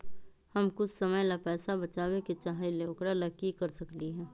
हम कुछ समय ला पैसा बचाबे के चाहईले ओकरा ला की कर सकली ह?